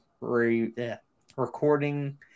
recording